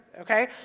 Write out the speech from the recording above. okay